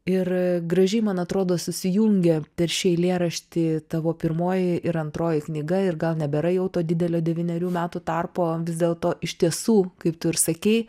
ir gražiai man atrodo susijungia per šį eilėraštį tavo pirmoji ir antroji knyga ir gal nebėra jau to didelio devynerių metų tarpo vis dėlto iš tiesų kaip tu ir sakei